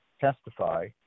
testify